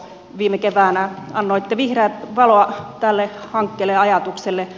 viime keväänä annoitte vihreää valoa tälle hankkeelle ja ajatukselle